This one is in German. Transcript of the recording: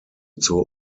zur